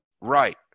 Right